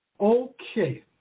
Okay